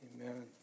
Amen